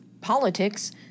politics